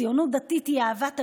ציונות דתית היא אהבת אדם,